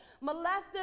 molested